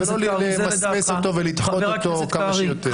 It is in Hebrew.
חבר הכנסת ----- ולא למסמס אותו ולדחות אותו כמה שיותר.